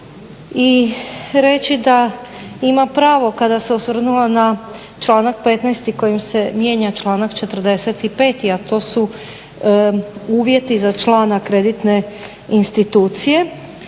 i reći da ima pravo kada se osvrnula na članak 15. kojim se mijenja članak 45., a to su uvjeti za člana kreditne institucije.